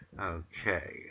Okay